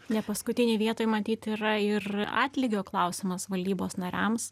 nepaskutinėj vietoj matyt yra ir atlygio klausimas valdybos nariams